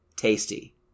Tasty